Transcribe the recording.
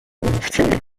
wcale